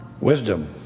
Wisdom